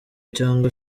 cyangwa